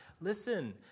Listen